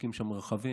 בודקים שם רכבים,